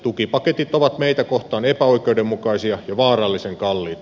tukipaketit ovat meitä kohtaan epäoikeudenmukaisia ja vaarallisen kalliita